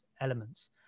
elements